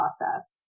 process